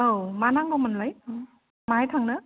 औ मा नांगौ मोनलाय माहाय थांनो